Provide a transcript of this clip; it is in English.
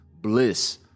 bliss